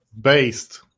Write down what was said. Based